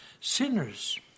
sinners